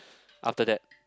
after that